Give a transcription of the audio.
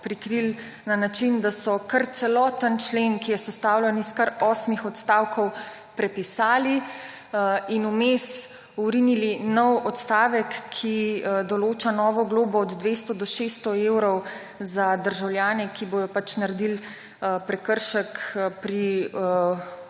prikrili na način, da so kar celoten člen, ki je sestavljen iz kar osmih odstavkov, prepisali in vmes vrinili nov odstavek, ki določa novo globo od 200 do 600 evrov za državljane, ki bodo pač naredili prekršek pri